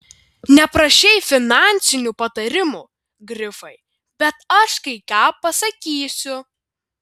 neprašei finansinių patarimų grifai bet aš kai ką pasakysiu